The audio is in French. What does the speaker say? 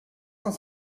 cent